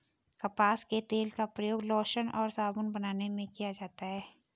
कपास के तेल का प्रयोग लोशन और साबुन बनाने में किया जाता है